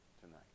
tonight